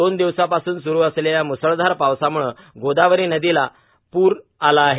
दोन दिवसांपासून सूरू असलेल्या म्सळधार पावसाम्ळे गोदावरी नदीला पूर आला आहे